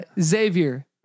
Xavier